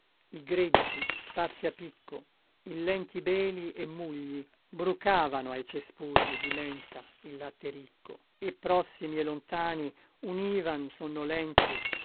i greggi sparsi a picco in lenti beli e mugli brucavano ai cespugli di menta il latte ricco e prossimi e lontani univan